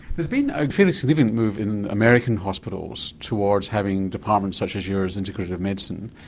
there's been a fairly significant move in american hospitals towards having departments such as yours, integrative medicine,